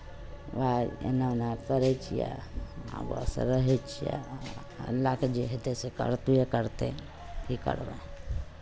उएह एन्नऽ ओन्नऽ करै छियै आ बस रहै छियै आ लए कऽ जे हेतै से करबे करतै की करबै